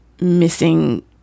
missing